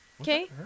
okay